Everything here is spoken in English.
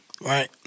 Right